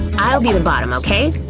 i'll be the bottom, ok?